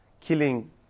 killing